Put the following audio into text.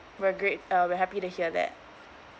we're great uh we're happy to hear that